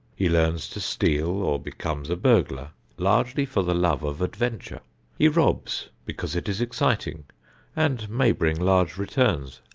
he learns to steal or becomes a burglar largely for the love of adventure he robs because it is exciting and may bring large returns.